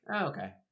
Okay